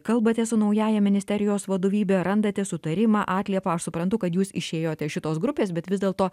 kalbate su naująja ministerijos vadovybė randate sutarimą atliepą aš suprantu kad jūs išėjote iš šitos grupės bet vis dėlto